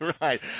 Right